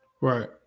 Right